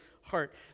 heart